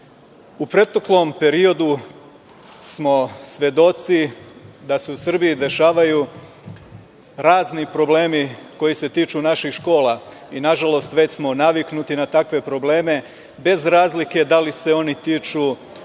prethodnom periodu smo svedoci da se u Srbiji dešavaju razni problemi koji se tiču naših škola i nažalost već smo naviknuti na takve probleme, bez razlike da li se oni tiču onih